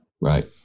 Right